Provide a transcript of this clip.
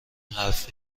حرف